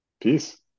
Peace